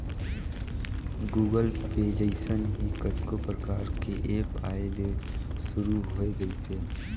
Google Pay जइसन ही कतनो परकार के ऐप आये ले शुरू होय गइसे